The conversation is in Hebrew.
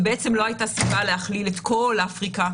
בעצם לא הייתה סיבה להכליל את כל אפריקה.